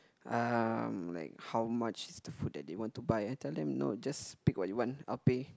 uh like how much is the food that they want to buy I tell them no just pick what you want I'll pay